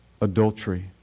adultery